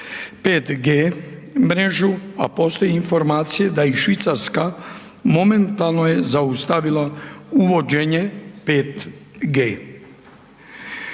5G mrežu, a postoji informacije da i Švicarska momentalno je zaustavila 5G.